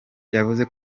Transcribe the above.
yavuze